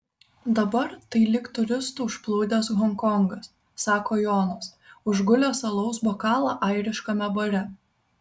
dabar tai lyg turistų užplūdęs honkongas sako jonas užgulęs alaus bokalą airiškame bare